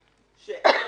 המשטרה.